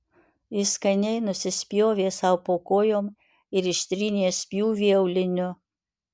jis skaniai nusispjovė sau po kojom ir ištrynė spjūvį auliniu